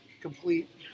Complete